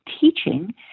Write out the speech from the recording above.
teaching